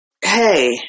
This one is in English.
hey